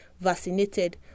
vaccinated